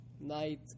night